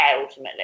ultimately